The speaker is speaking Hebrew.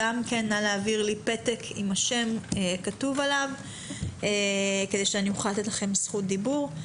נא להעביר לי פתק עם השם כתוב עליו כדי שאני אוכל לתת לכם זכות דיבור.